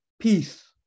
peace